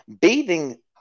bathing